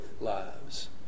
lives